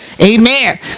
Amen